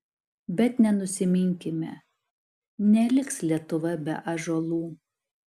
bet nenusiminkime neliks lietuva be ąžuolų